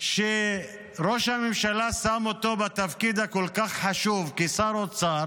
שראש הממשלה שם אותו בתפקיד הכל-כך חשוב שר אוצר